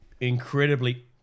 incredibly